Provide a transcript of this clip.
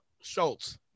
Schultz